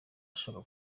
ashaka